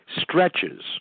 stretches